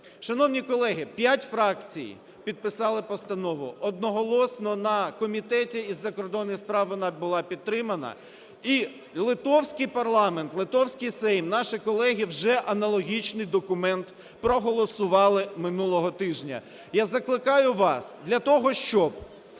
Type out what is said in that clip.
Шановні колеги, п'ять фракцій підписали постанову, одноголосно на Комітету із закордонних справ вона була підтримана, і литовський парламент, литовський Сейм, наші колеги вже аналогічний документ проголосували минулого тижня. Я закликаю вас для того, щоб